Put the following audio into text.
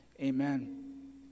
Amen